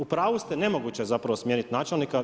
U pravu ste, nemoguće je zapravo smijeniti načelnika.